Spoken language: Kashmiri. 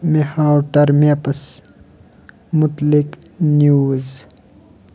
مے ہاو ٹرمپس مُتعلِق نیوز